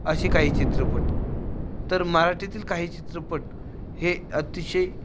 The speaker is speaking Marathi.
असे काही चित्रपट तर मराठीतील काही चित्रपट हे अतिशय